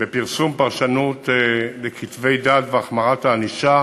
בפרסום פרשנות לכתבי דת והחמרת הענישה